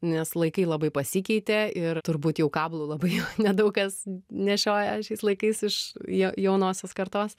nes laikai labai pasikeitė ir turbūt jau kablų labai nedaug kas nešioja šiais laikais iš ja jaunosios kartos